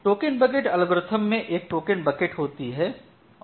token bucket algorithm में एक token bucket होती है